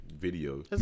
video